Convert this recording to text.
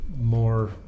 more